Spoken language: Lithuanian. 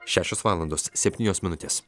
šešios valandos septynios minutės